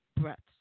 breaths